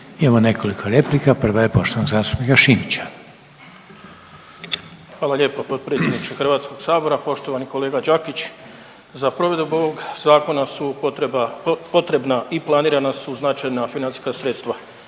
Imamo nekoliko replika, prva je poštovanog zastupnika Šimića. **Šimić, Hrvoje (HDZ)** Hvala lijepo potpredsjedniče HS. Poštovani kolega Đakić, za provedbu ovog zakona su potrebna i planirana su značajna financijska sredstva,